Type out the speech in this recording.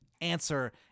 answer